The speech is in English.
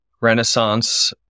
renaissance